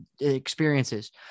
experiences